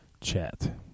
chat